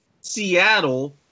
Seattle